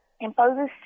imposes